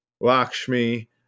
lakshmi